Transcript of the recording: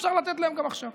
אז אפשר לתת להם גם עכשיו.